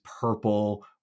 purple